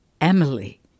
emily